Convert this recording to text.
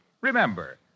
Remember